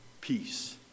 Peace